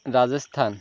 Rajasthan